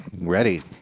Ready